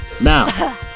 Now